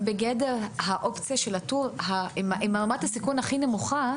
בגדר האופציה של הטור עם רמת הסיכון הכי נמוכה,